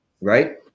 right